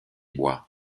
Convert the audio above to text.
bois